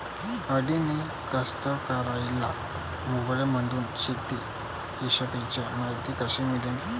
अडानी कास्तकाराइले मोबाईलमंदून शेती इषयीची मायती कशी मिळन?